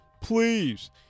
Please